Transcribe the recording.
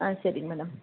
ஆ சரிங்க மேடம்